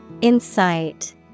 Insight